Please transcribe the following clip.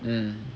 mm